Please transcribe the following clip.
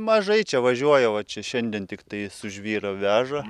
mažai čia važiuoja vo čia šiandien tiktai su žvyrą veža